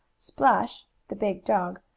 splash, the big dog,